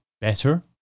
better